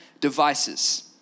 devices